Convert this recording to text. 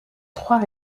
trois